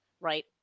right